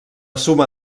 suma